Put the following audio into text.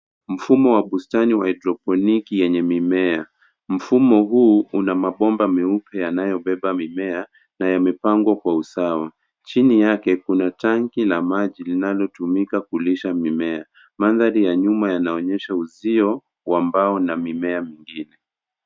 Mfumo wa bustani ya [cs ] hydroponic[cs ] yenye mimea. Mfumo huu una mabomba meupe yanayo beba mimea na yamepangwa kwa usawa. Chini yake kuna tanki la maji linalo tumika kulisha mimea. Mandhari ya nyuma inaonyesha uzio wa mbao na mimea mingine.